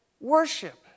worship